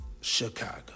Chicago